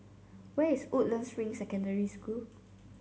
where is Woodlands Ring Secondary School